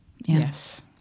Yes